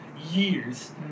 years